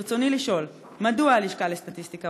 ברצוני לשאול: 1. מדוע הלשכה לסטטיסטיקה